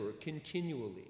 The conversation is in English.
continually